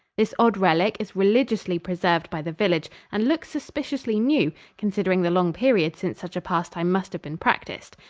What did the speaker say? this odd relic is religiously preserved by the village and looks suspiciously new, considering the long period since such a pastime must have been practiced.